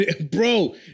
Bro